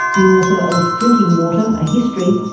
the author of drinking water a history,